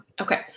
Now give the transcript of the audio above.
Okay